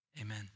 Amen